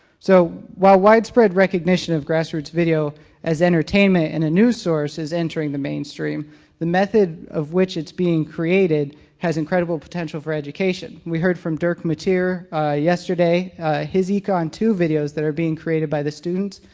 so while widespread recognition of grassroots video as entertainment and a news source is entering the main stream the method of which it's being created has incredible potential for education. we heard from dirk mateer yesterday his econ two videos that are being created by the students.